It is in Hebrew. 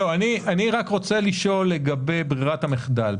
אני רוצה לשאול לגבי ברירת המחדל.